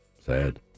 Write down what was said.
Sad